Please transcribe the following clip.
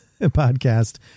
podcast